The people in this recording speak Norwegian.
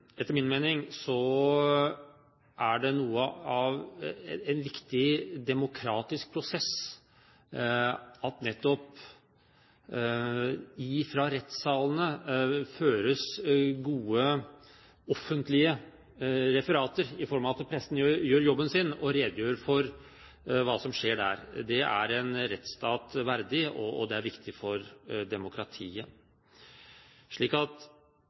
Etter min mening er det en viktig demokratisk prosess at det nettopp fra rettssalene føres gode, offentlige referater i form av at pressen gjør jobben sin og redegjør for hva som skjer der. Det er en rettsstat verdig, og det er viktig for demokratiet.